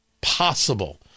possible